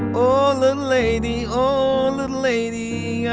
ah oh, little lady. oh, little lady. yeah